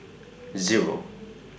Zero